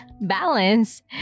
balance